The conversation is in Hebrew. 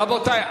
רבותי.